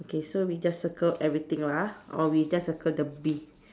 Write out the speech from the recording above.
okay so we just circle everything lah or we just circle the bee